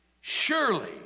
surely